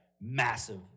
massive